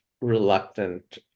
reluctant